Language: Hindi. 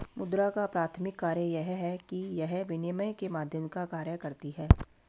मुद्रा का प्राथमिक कार्य यह है कि यह विनिमय के माध्यम का कार्य करती है